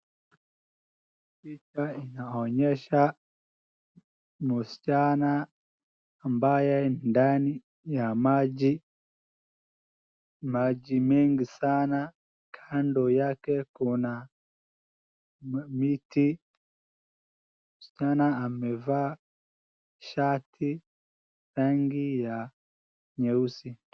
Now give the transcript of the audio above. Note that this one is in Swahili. Picha inaonyesha msichana ambaye ndani ya maji, maji mingi sana, kando yake kuna miti, msichana amevaa shati rangi ya nyeusi.